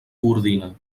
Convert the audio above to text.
coordina